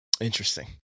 interesting